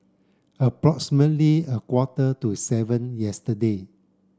a quarter to seven yesterday